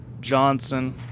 johnson